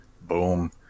Boom